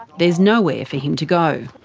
there's nowhere for him to go.